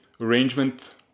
arrangement